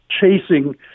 chasing